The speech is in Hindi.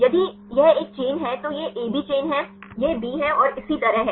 यदि यह एक चेन है तो यह AB चेन है यह B और इसी तरह है